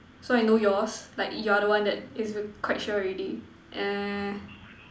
so I know yours like you are the one that is quite sure already